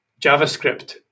JavaScript